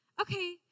Okay